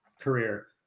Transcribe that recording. career